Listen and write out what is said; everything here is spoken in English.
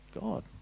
God